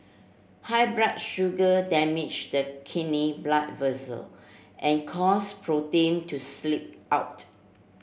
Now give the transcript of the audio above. high blood sugar damage the kidney blood vessel and cause protein to sleep out